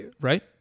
right